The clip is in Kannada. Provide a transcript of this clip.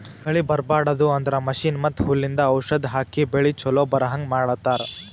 ಕಳಿ ಬರ್ಬಾಡದು ಅಂದ್ರ ಮಷೀನ್ ಮತ್ತ್ ಹುಲ್ಲಿಂದು ಔಷಧ್ ಹಾಕಿ ಬೆಳಿ ಚೊಲೋ ಬರಹಂಗ್ ಮಾಡತ್ತರ್